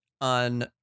on